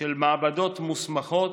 של מעבדות מוסמכות,